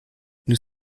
nous